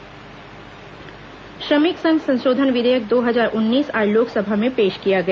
श्रमिक संघ संशोधन विधेयक श्रमिक संघ संशोधन विधेयक दो हजार उन्नीस आज लोकसभा में पेश किया गया